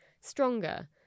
stronger